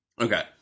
Okay